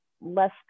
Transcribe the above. less